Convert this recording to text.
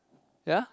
ya